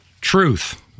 Truth